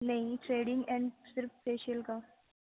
نہیں threading and صرف facial کا